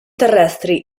terrestri